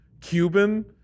Cuban